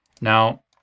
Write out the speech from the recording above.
Now